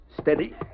Steady